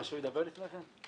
שהוא ידבר לפני כן?